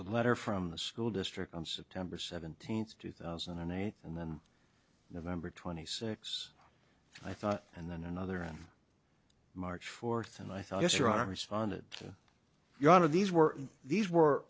t letter from the school district on september seventeenth two thousand and eight and then november twenty six i thought and then another on march fourth and i thought yes or are responded to your honor these were these were